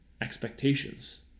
expectations